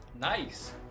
Nice